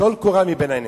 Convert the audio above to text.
טול קורה מבין עיניך.